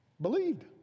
believed